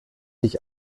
ich